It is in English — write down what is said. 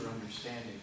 understanding